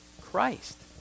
Christ